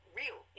real